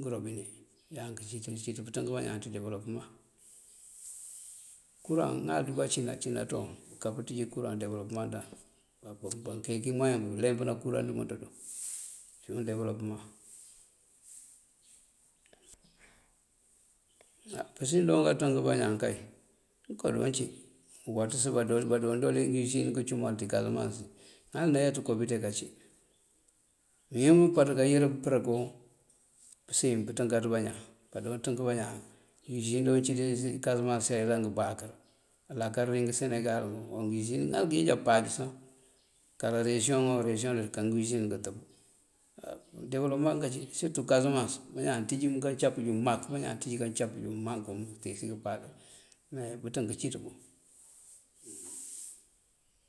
ngërobine ayáank cíţ pëţënk bañaan ţí dewëlopëman. Kuraŋ ŋal duka cí kací naţoon mënká pëţíj kuraŋ dewëlopëman daŋ. Bankeeki meween bëdu leempëna kuraŋ dëmënţ duŋ cúun dewëlopëman. Á pësiyën doon kaţënk bañaan kay ngëko doon cí uwatës badoon, badoon ngë isin ngëcumal ţí kasamans ţí ŋal nayá ţíko biţe kací. Wín umpaţ kayër bërëkú pësiyën pënţënkaţ bañaan, padoon ţënk bañaan ngë isin doon cí ţí kasamans ţí ayëlan ngëbáakër alakar ţí ngí senegal nguŋ ngë isin ŋal kíijá páaj sá. Kara resiyon o resiyon dëká ngë isin ngëtëb <> dewëlopëman kací. Sirëtú kasamans bañaan ţíj kancapëju mak, bañaan ţíj kancapëju mankuŋ këtíisi këpáale me bëţënk cíţ buŋ.